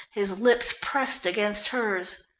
his lips pressed against hers.